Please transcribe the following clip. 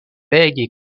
legi